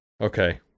Okay